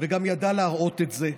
וגם ידע להראות את זה.